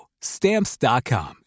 Stamps.com